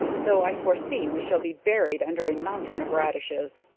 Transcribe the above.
though i foresee we shall be buried under a mountain of radishes.